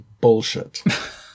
bullshit